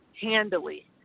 handily